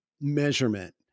measurement